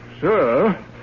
Sir